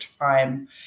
time